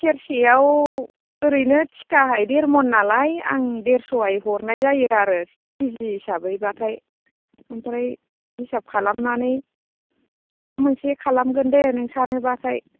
सेरसेयाव ओरैनो थिखाहाय देरमन नालाय आं देरस'यै हरनाय जायो आरो किजि हिसाबै बाथाय आमफ्राय हिसाब खालामनानै माबा मोनसे खालामगोन दे नोंसानो बाथाय